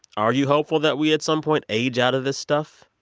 are you hopeful that we, at some point, age out of this stuff?